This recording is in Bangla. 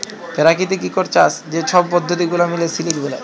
পেরাকিতিক ইকট চাষ যে ছব পদ্ধতি গুলা মিলে সিলিক বেলায়